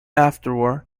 afterward